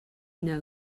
your